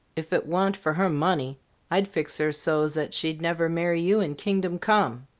if it wa'n't for her money i'd fix her so's at she'd never marry you in kingdom come.